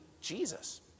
Jesus